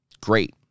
Great